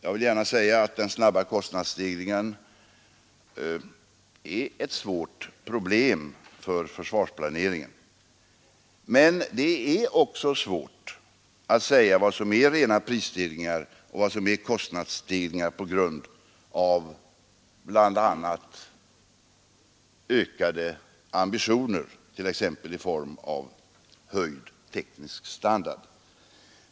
Jag vill gärna säga att den snabba kostnadsstegringen är ett svårt problem för försvarsplaneringen, men det är också svårt att avgöra vad som är rena prisstegringar och vad som är kostnadsstegringar på grund av bl.a. ökade ambitioner, t.ex. i form av höjd teknisk standard.